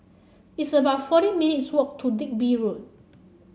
it's about forty minutes' walk to Digby Road